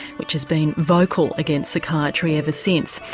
which has been vocal against psychiatry ever since.